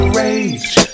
rage